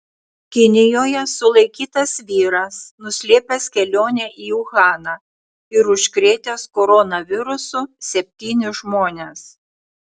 kinijoje sulaikytas vyras nuslėpęs kelionę į uhaną ir užkrėtęs koronavirusu septynis žmones